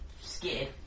scared